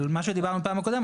אבל מה שדיברנו בפעם הקודמת,